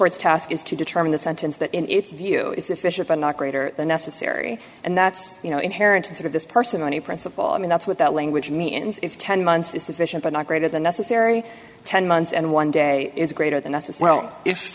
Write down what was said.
district's task is to determine the sentence that in its view is efficient but not greater than necessary and that's you know inherent in sort of this parsimony principle i mean that's what that language means if ten months is sufficient but not greater than necessary ten months and one day is greater than us as well if